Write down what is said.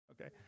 Okay